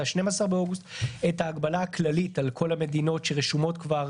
ה-12 באוגוסט את ההגבלה הכללית על כל המדינות שמופיעות כבר